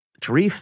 Tarif